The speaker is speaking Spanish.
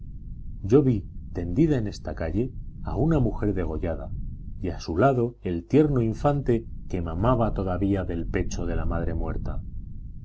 yo vi tendida en esta calle a una mujer degollada y a su lado el tierno infante que mamaba todavía del pecho de la madre muerta